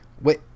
Wait